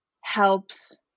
helps